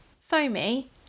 Foamy